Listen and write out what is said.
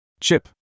Chip